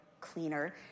cleaner